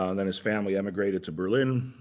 um then his family emigrated to berlin.